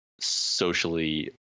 socially